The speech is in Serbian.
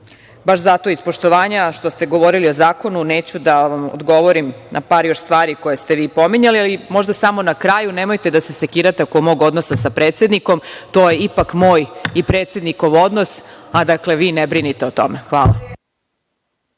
baš zato, iz poštovanja što ste govorili o zakonu, neću da vam odgovorim na još par stvari koje ste pominjali, ali možda samo na kraju, nemojte da se sekirate oko mog odnosa sa predsednikom, to je ipak moj i predsednikov odnos, a vi ne brinite o tome. Hvala